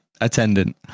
attendant